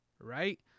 Right